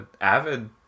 avid